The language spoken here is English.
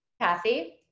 Kathy